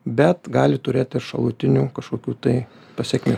bet gali turėti šalutinių kažkokių tai pasekmių